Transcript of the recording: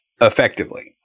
effectively